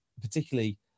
particularly